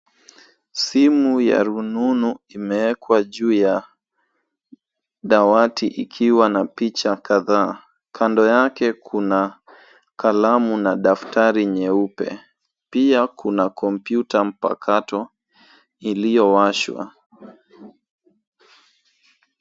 Simu ya rununu imewekwa juu ya dawati ikiwa na picha kadhaa. Kando yake kuna kalamu na daftari nyeupe. Pia kuna kompyuta mpakato iliyowashwa.